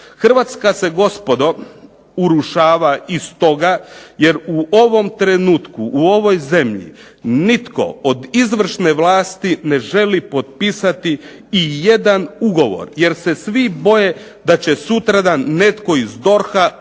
Hrvatska se gospodo urušava i stoga jer u ovom trenutku u ovoj zemlji nitko od izvršne vlasti ne želi potpisati ijedan ugovor jer se svi boje da će sutradan netko iz DORH-a,